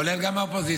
כולל גם האופוזיציה,